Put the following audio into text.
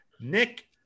nick